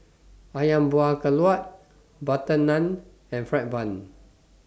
Ayam Buah Keluak Butter Naan and Fried Bun